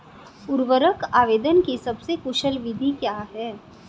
उर्वरक आवेदन की सबसे कुशल विधि क्या है?